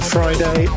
Friday